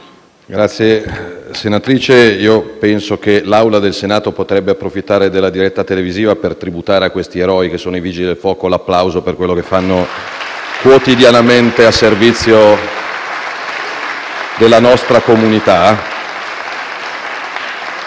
Grazie senatrice Granato, penso che l'Assemblea del Senato potrebbe approfittare della diretta televisiva per tributare a questi eroi, che sono i Vigili del fuoco, l'applauso per quello che fanno quotidianamente al servizio della nostra comunità.